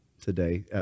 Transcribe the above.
today